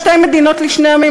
שתי מדינות לשני עמים,